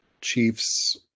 chiefs